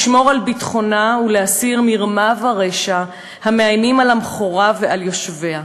לשמור על ביטחונה ולהסיר מרמה ורשע המאיימים על המכורה ויושביה.